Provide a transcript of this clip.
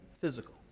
physical